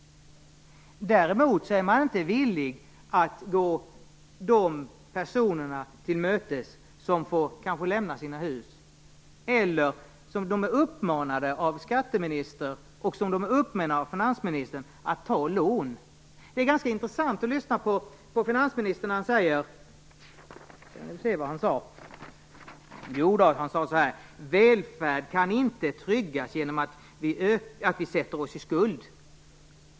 Däremot är man inte villig att gå de personer till mötes som får lämna sina hus. De är uppmanade av skatteministern och finansministern att ta lån. Det är ganska intressant att lyssna på finansministern när han säger att välfärd inte kan tryggas genom att vi sätter oss i skuld.